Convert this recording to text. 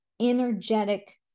energetic